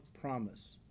promise